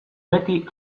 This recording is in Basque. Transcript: beti